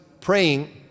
praying